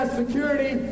security